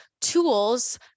tools